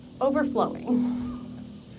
overflowing